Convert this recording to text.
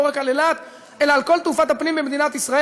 לא רק על אילת אלא על כל תעופת הפנים במדינת ישראל,